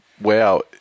wow